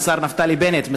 השר נפתלי בנט,